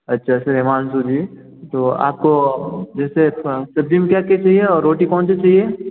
अच्छा सर हिमांशु जी तो आप को जैसे सब्ज़ी में क्या क्या चाहिए और रोटी कौन सी चाहिए